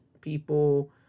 people